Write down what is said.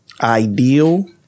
ideal